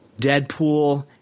Deadpool